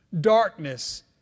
Darkness